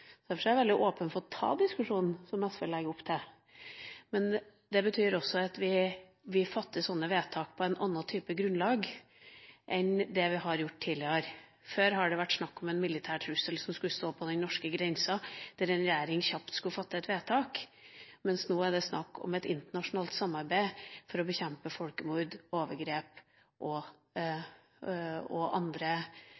Derfor er jeg veldig åpen for å ta diskusjonen som SV legger opp til, men det betyr også at vi fatter slike vedtak på en annen type grunnlag enn vi har gjort tidligere. Før har det vært snakk om en militær trussel, at noen skulle stå ved den norske grensa, og at en regjering kjapt skulle fatte et vedtak, mens det nå er snakk om et internasjonalt samarbeid for å bekjempe folkemord, overgrep og